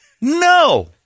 No